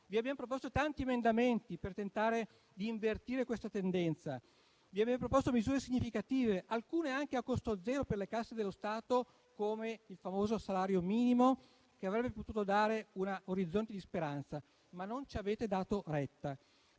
Vi abbiamo proposto tanti emendamenti per tentare di invertire questa tendenza. Vi abbiamo proposto misure significative, alcune anche a costo zero per le casse dello Stato, come il famoso salario minimo, che avrebbe potuto dare un orizzonte di speranza, ma non ci avete dato retta.